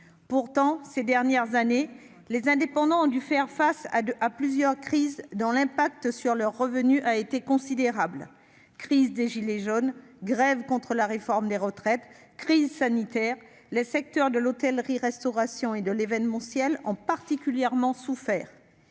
Pourtant, ces dernières années, les indépendants ont dû faire face à plusieurs crises dont l'impact sur leurs revenus a été considérable : crise des « gilets jaunes », grèves contre la réforme des retraites, crise sanitaire. Les secteurs de l'hôtellerie-restauration et de l'événementiel ont particulièrement souffert.